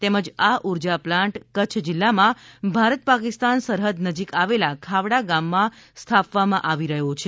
તેમજ આ ઉર્જા પ્લાન્ટ કચ્છ જિલ્લામાં ભારત પાકિસ્તાન સરહદ નજીક આવેલા ખાવડા ગામમાં સ્થાપવામાં આવી રહ્યો છે